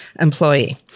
employee